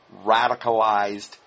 radicalized